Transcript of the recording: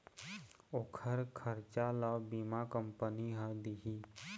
ओखर खरचा ल बीमा कंपनी ह दिही